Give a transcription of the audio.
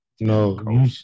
No